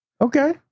Okay